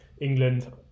England